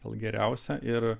gal geriausia ir